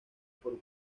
por